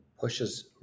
pushes